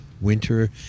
winter